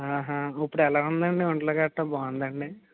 ఆహా ఇప్పుడెలా ఉందండీ ఒంట్లో గట్టా బాగుందా అండి